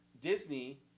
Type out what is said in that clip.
Disney